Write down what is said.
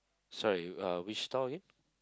sorry uh which store again